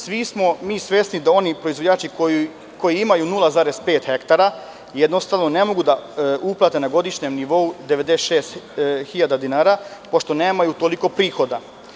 Svi smo svesni da oni proizvođači koji imaju 0,5 hektara jednostavno ne mogu da uplate na godišnjem nivou 96.000 dinara pošto nemaju toliko prihoda.